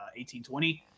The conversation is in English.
1820